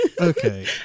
Okay